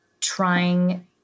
trying